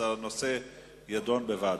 אז הנושא יידון בוועדה.